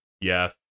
yes